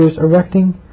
erecting